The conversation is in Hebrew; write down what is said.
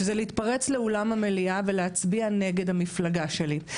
שלהצטרף לאולם המליאה ולהצביע נגד המפלגה שלי,